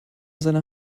seiner